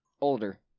Older